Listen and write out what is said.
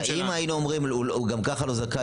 אם היינו אומרים שהוא גם ככה לא זכה